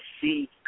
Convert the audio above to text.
see